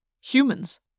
Humans